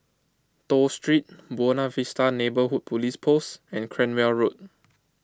Toh Street Buona Vista Neighbourhood Police Post and Cranwell Road